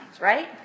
right